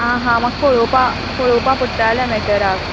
आ हा म्हाक् पळोपा पळोपा पडटालें मॅटराक